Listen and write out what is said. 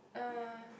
uh